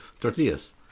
tortillas